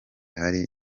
hari